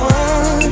one